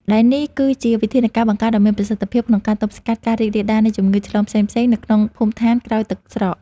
ដែលនេះគឺជាវិធានការបង្ការដ៏មានប្រសិទ្ធភាពក្នុងការទប់ស្កាត់ការរីករាលដាលនៃជំងឺឆ្លងផ្សេងៗនៅក្នុងភូមិឋានក្រោយទឹកស្រក។